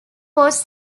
was